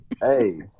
Hey